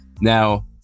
Now